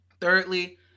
Thirdly